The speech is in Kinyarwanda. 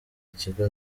ikigo